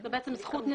זה בעצם זכות נסיעה.